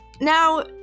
Now